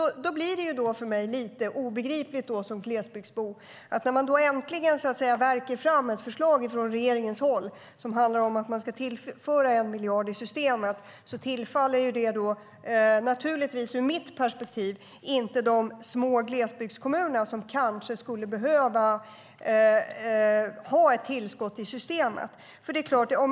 Det blir för mig som glesbygdsbo lite obegripligt att när det äntligen värker fram ett förslag från regeringens håll, som handlar om att man ska tillföra en miljard till systemet, att det ur mitt perspektiv inte tillfaller de små glesbygdskommunerna som skulle behöva ha ett tillskott i systemet.